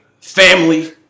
family